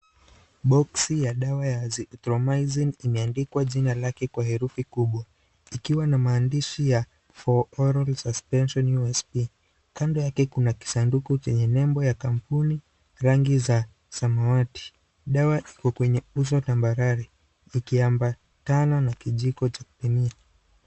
Boksi ya dawa ya Azithromycin imeandikwa jina lake kwa herufi kubwa, ikiwa na maandishi ya for oral suspension usb . Kando yake kuna kisanduku chenye nembo ya kampuni rangi za samawati. Dawa ipo kwenye uso tambarare ikiambatana na kijiko cha kupimia.